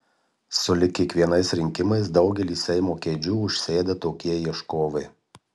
sulig kiekvienais rinkimais daugelį seimo kėdžių užsėda tokie ieškovai